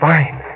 Fine